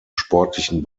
sportlichen